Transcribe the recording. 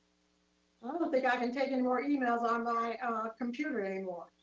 i don't think i can take any more emails on my computer anymore.